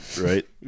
right